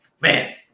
Man